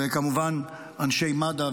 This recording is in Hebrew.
וכמובן לאנשי מד"א,